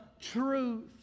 truth